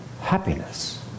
happiness